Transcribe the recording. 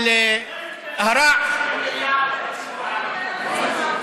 אבל הרע, אבל,